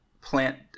plant